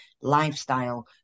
lifestyle